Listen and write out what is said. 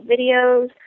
videos